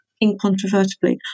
incontrovertibly